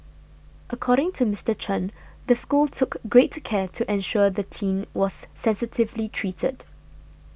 according to Mister Chen the school took great care to ensure the teen was sensitively treated